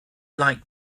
like